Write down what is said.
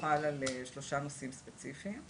שחל על שלושה נושאים ספציפיים.